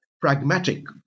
pragmatic